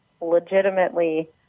legitimately